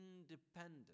independent